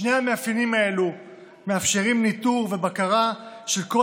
שני המאפיינים האלו מאפשרים ניטור ובקרה של כל